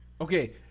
Okay